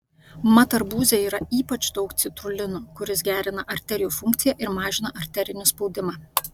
mat arbūze yra ypač daug citrulino kuris gerina arterijų funkciją ir mažina arterinį spaudimą